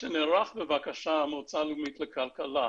שנערך לבקשת המועצה הלאומית לכלכלה.